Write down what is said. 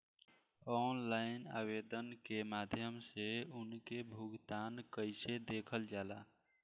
Online आवेदन के माध्यम से उनके भुगतान कैसे देखल जाला?